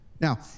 Now